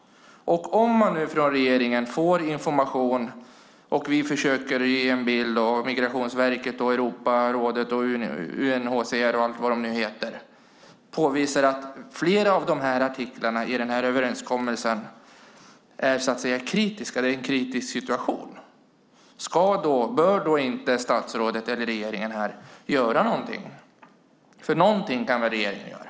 Om regeringen får information och vi försöker ge en bild och Migrationsverket, Europarådet, UNHCR och andra påvisar att flera av artiklarna i överenskommelsen är kritiska, att det är en kritisk situation, bör då inte regeringen eller statsrådet göra något? Någonting kan väl regeringen göra!